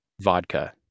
vodka